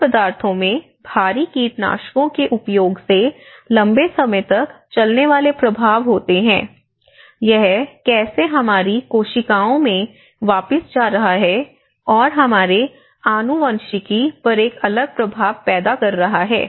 खाद्य पदार्थों में भारी कीटनाशकों के उपयोग से लंबे समय तक चलने वाले प्रभाव होते हैं यह कैसे हमारी कोशिकाओं में वापस जा रहा है और हमारे आनुवंशिकी पर एक अलग प्रभाव पैदा कर रहा है